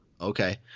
Okay